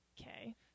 Okay